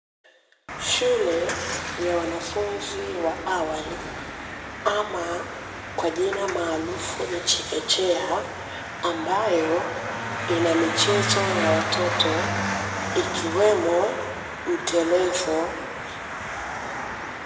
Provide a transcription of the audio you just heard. Shule ya wanafunzi wa awali ama kwa jina maarufu ni chekechea, ambayo ina michezo ya watoto ikiwemo mtelezo.